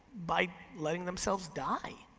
by letting themselves die.